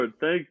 thank